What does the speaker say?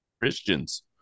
Christians